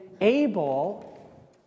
able